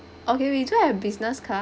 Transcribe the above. okay we do have business class